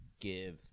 give